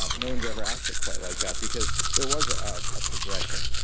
ah no one's ever asked it quite like that, because there was ah ah a progression.